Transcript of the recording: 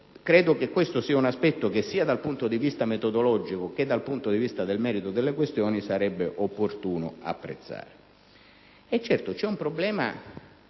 Credo che questo sia un aspetto, sia dal punto di vista metodologico sia dal punto di vista del merito delle questioni, che sarebbe opportuno apprezzare. Certo, c'è un problema